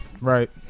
Right